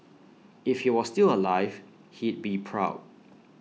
if he was still alive he'd be proud